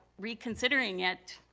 reconsidering it,